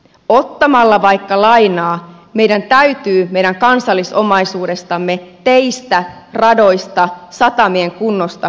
ottamalla vaikka lainaa meidän täytyy meidän kansallisomaisuudestamme teistä radoista satamien kunnosta pitää huolta